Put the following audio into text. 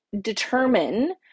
determine